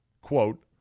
quote